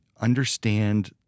understand